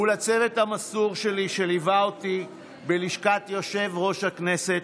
ולצוות המסור שלי שליווה אותי בלשכת יושב-ראש הכנסת.